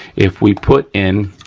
if we put in